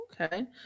Okay